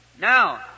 Now